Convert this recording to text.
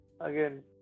Again